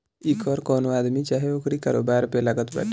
इ कर कवनो आदमी चाहे ओकरी कारोबार पे लागत बाटे